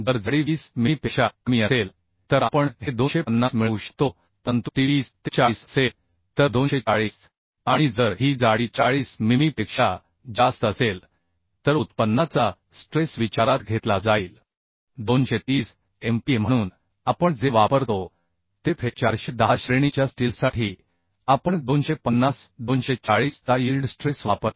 जर जाडी 20 मिमीपेक्षा कमी असेल तर आपण हे 250 मिळवू शकतो परंतु टी 20 ते 40 असेल तर 240 आणि जर ही जाडी 40 मिमीपेक्षा जास्त असेल तर यील्डचा स्ट्रेस विचारात घेतला जाईल 230 MPa म्हणून आपण जे वापरतो ते fe 410 श्रेणीच्या स्टीलसाठी आपण 250 240 चा यील्ड स्ट्रेस वापरतो